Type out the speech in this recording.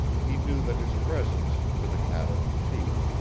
he knew that his presence, to the cattle and sheep,